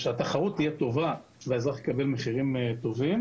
שהתחרות תהיה טובה והאזרח יקבל מחירים טובים.